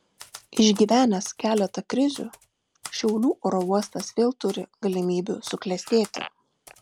išgyvenęs keletą krizių šiaulių oro uostas vėl turi galimybių suklestėti